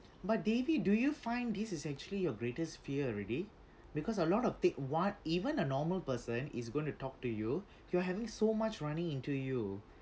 but devi do you find this is actually your greatest fear already because a lot of take what even a normal person is going to talk to you you're having so much running into you